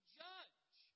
judge